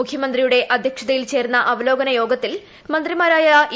മുഖ്യമന്ത്രിയുടെ അധ്യക്ഷതയിൽ ചേർന്ന അവലോകന യോഗത്തിൽ എക്ട്രിമാരായ ഇ